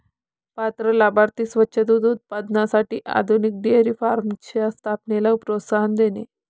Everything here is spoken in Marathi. पात्र लाभार्थी स्वच्छ दूध उत्पादनासाठी आधुनिक डेअरी फार्मच्या स्थापनेला प्रोत्साहन देणे